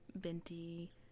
binti